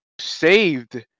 saved